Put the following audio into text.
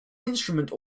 instrument